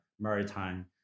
maritime